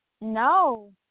No